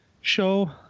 show